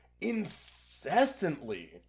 incessantly